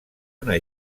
una